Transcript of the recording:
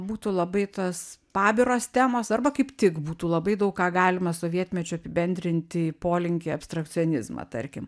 būtų labai tos pabiros temos arba kaip tik būtų labai daug ką galima sovietmečiu apibendrinti polinkį abstrakcionizmą tarkim